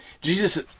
Jesus